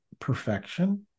perfection